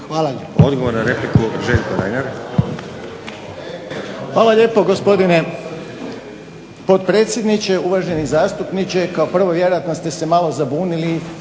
Hvala lijepa.